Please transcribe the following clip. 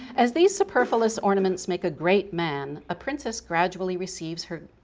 as these superfluous ornaments make a great man, a princess gradually receives her